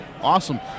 Awesome